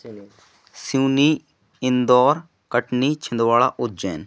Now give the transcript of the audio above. चलो सिवनी इन्दौर कटनी छिंदवाड़ा उज्जैन